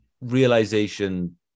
realization